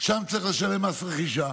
ושם צריך לשלם מס רכישה.